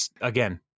again